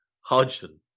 Hodgson